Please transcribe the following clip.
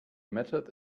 method